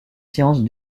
sciences